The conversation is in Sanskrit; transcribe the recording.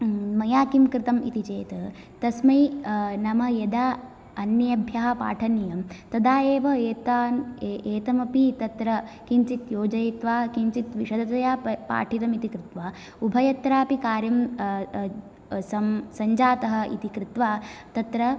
मया किं कृतम् इति चेत् तस्मै नाम यदा अन्येभ्यः पाठनीयम् तदा एव एतान् एतमपि तत्र किञ्चित् योजयित्वा किञ्चित् विशदतया पाठितम् इति कृत्वा उभयत्रापि कार्यं सम सञ्जातः इति कृत्वा तत्र